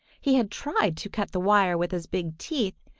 he had tried to cut the wire with his big teeth,